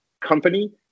company